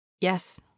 Yes